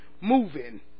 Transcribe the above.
moving